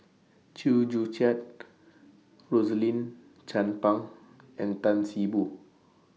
Chew Joo Chiat Rosaline Chan Pang and Tan See Boo